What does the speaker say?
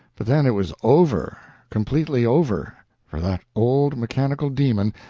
but then it was over completely over for that old mechanical demon,